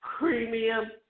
Premium